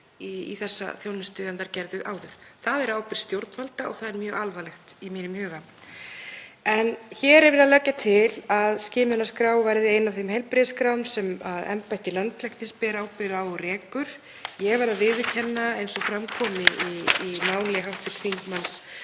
í þessa þjónustu en þær gerðu áður. Það er á ábyrgð stjórnvalda og það er mjög alvarlegt í mínum huga. Hér er verið að leggja til að skimanaskrá verði ein af þeim heilbrigðisskrám sem embætti landlæknis beri ábyrgð á og reki. Ég verð að viðurkenna, eins og fram kom í máli hv. þm.